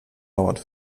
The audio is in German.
dauert